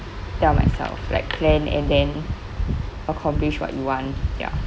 ya myself like plan and then accomplish what you want ya